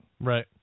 Right